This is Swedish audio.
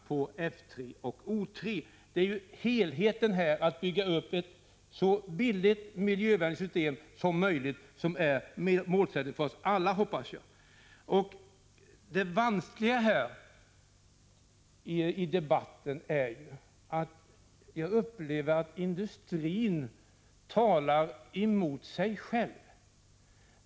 Målsättningen för oss alla, hoppas jag, är att bygga upp ett så billigt och miljövänligt system som möjligt. Det vanskliga i debatten är ju att jag upplever att industrin talar emot sig själv.